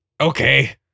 okay